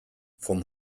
vom